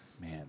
Man